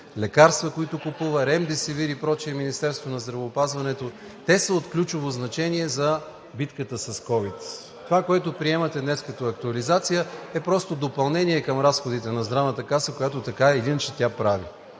лекарства, с които купува – ремдесивир и прочее, Министерството на здравеопазването. Те са от ключово значение за битката с ковид. Това, което приемате днес като актуализация, е допълнение към разходите на Здравната каса, които така или иначе тя прави.